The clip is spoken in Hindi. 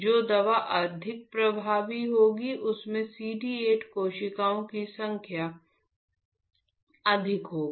जो दवा अधिक प्रभावी होगी उसमें CD 8 कोशिकाओं की संख्या अधिक होगी